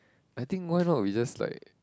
I think why not we just like